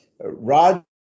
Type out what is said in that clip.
Rod